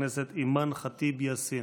אימאן ח'טיב יאסין.